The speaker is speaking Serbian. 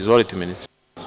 Izvolite, ministre.